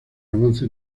avance